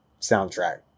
soundtrack